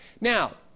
Now